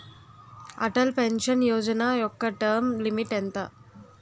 Atal pension Yojana యెక్క term limit ఎంత?